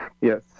yes